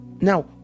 Now